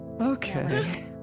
Okay